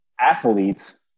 athletes